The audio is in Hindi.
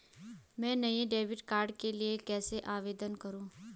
मैं नए डेबिट कार्ड के लिए कैसे आवेदन करूं?